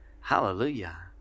Hallelujah